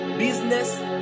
business